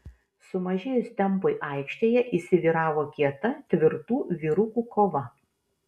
sumažėjus tempui aikštėje įsivyravo kieta tvirtų vyrukų kova